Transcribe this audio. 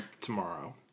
tomorrow